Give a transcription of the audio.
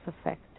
effect